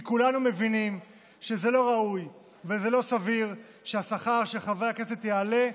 כי כולנו מבינים שזה לא ראוי וזה לא סביר שהשכר של חברי הכנסת יעלה,